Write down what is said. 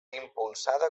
impulsada